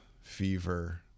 fever